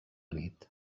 nit